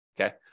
Okay